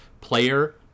player